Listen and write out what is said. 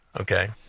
Okay